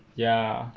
ya